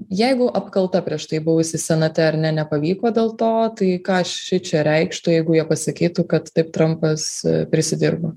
jeigu apkalta prieš tai buvusi senate ar ne nepavyko dėl to tai ką šičia reikštų jeigu jie pasakytų kad taip trumpas prisidirbo